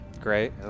great